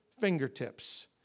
fingertips